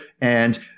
and-